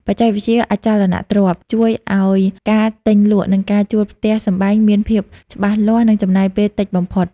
បច្ចេកវិទ្យាអចលនទ្រព្យជួយឱ្យការទិញលក់ និងការជួលផ្ទះសម្បែងមានភាពច្បាស់លាស់ និងចំណាយពេលតិចបំផុត។